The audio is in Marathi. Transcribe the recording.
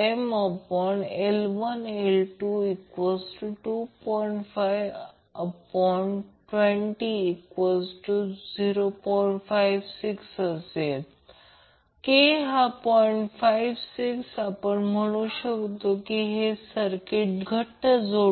त्याचप्रमाणे ही आकृती 1 आहे ही आकृती 2 आहे आकृती 1 मध्ये हे एक कॅपेसिटिव्ह सर्किट आहे हे RC आहे करंट I यामधून वाहत आहे आणि हे 1j ω C आहे म्हणजे ते हे एक j ω C ते j